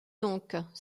donc